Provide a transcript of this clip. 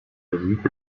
развить